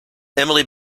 emily